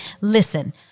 Listen